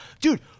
Dude